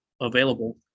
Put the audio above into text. available